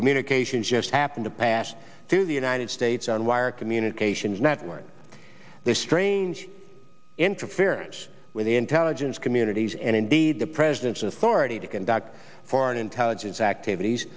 communications just happen to pass through the united states on wire communications networks their strange interference with the intelligence communities and indeed the president's authority to conduct foreign intelligence activities